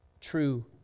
true